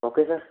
okay sir